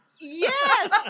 Yes